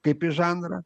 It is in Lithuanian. kaip į žanrą